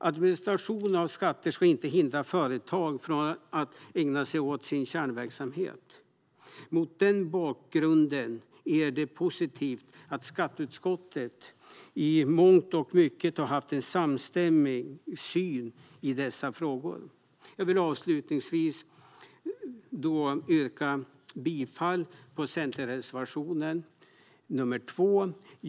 Administration av skatter ska inte hindra företag från att ägna sig åt sin kärnverksamhet. Mot den bakgrunden är det positivt att skatteutskottet i mångt och mycket har haft en samstämmig syn i dessa frågor. Jag vill avslutningsvis yrka bifall till Centerns reservation nr 2.